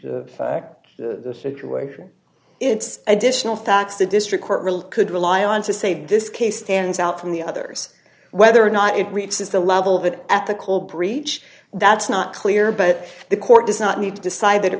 the fact the situation it's additional facts the district court really could rely on to save this case stands out from the others whether or not it reaches the level of an ethical breach that's not clear but the court does not need to decide that it